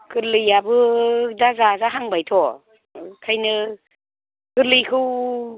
गोरलैआबो दा जाजाहांबायथ' ओंखायनो गोरलैखौ